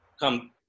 Come